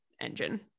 engine